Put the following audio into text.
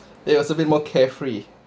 it was a bit more carefree